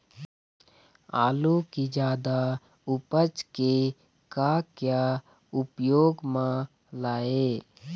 आलू कि जादा उपज के का क्या उपयोग म लाए?